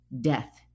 death